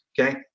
okay